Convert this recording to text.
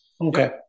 Okay